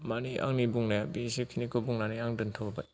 माने आंनि बुंनाया बे एसेखिनिखौ बुंनानै आं दोनथ'बाय